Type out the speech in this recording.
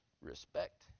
Respect